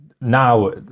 now